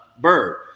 Bird